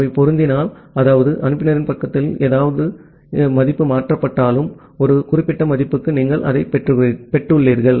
அவை பொருந்தினால் அதாவது அனுப்புநரின் பக்கத்திலிருந்து எந்த மதிப்பு மாற்றப்பட்டாலும் ஒரு குறிப்பிட்ட மதிப்புக்கு நீங்கள் அதைப் பெற்றுள்ளீர்கள்